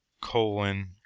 colon